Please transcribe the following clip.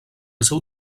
seu